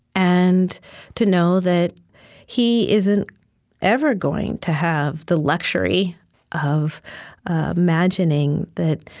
and to know that he isn't ever going to have the luxury of imagining that,